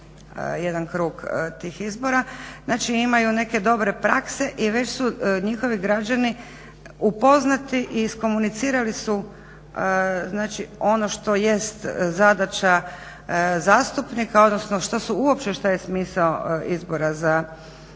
jedan krug tih izbora. Znači imaju neke dobre prakse i već su njihovi građani upoznati i iskomunicirali su znači ono što jest zadaća zastupnika, odnosno što su uopće, šta je smisao izbora za Europski